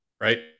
right